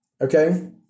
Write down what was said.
Okay